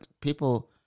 people